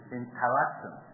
interaction